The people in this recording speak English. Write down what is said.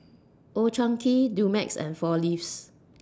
Old Chang Kee Dumex and four Leaves